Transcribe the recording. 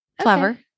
clever